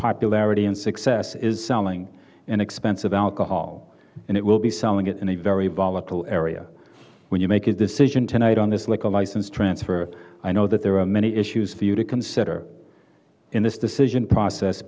popularity and success is selling inexpensive alcohol and it will be selling it in a very volatile area when you make a decision tonight on this liquor license transfer i know that there are many issues for you to consider in this decision process